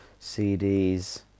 cds